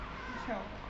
你笑我